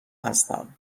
هستم